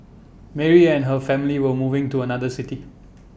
Mary and her family were moving to another city